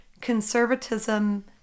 conservatism